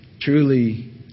truly